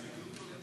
לצמיתות או לתקופה?